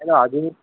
hello हजुर